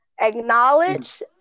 acknowledge